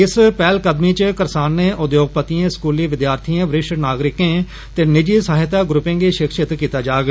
इस पहलकदमी च करसानें उद्योगपतिएं स्कूली विद्यार्थिएं वरिष्ठ नागरिकें ते नीजि सहायता ग्रूपें गी शिक्षित कीता जाग